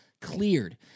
cleared